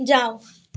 जाओ